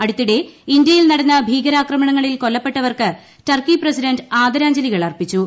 അടുത്തിടെ ഇന്ത്യയിൽ നടന്ന ഭീകരാക്രമണങ്ങളിൽ കൊല്ലപ്പെട്ടവർക്ക് ടർക്കി പ്രസിഡന്റ് ആദരാഞ്ജലികൾ അർപ്പിച്ചു